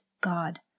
God